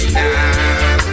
now